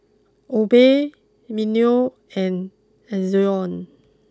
Obey Mimeo and Ezion